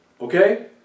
Okay